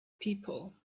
people